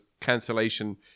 cancellation